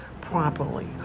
properly